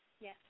Yes